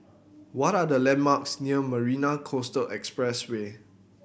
what are the landmarks near Marina Coastal Expressway